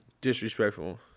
Disrespectful